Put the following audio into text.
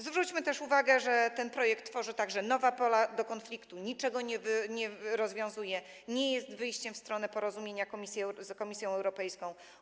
Zwróćmy też uwagę, że ten projekt tworzy także nowe pola do konfliktu, niczego nie rozwiązuje, nie jest wyjściem w stronę porozumienia z Komisją Europejską.